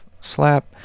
Slap